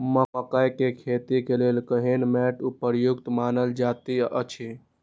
मकैय के खेती के लेल केहन मैट उपयुक्त मानल जाति अछि?